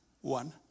one